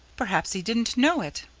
perhaps he didn't know it.